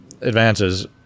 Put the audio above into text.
advances